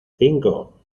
cinco